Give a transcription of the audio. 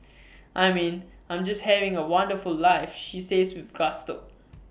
I mean I'm just having A wonderful life she says with gusto